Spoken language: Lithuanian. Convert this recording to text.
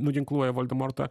nuginkluoja voldemortą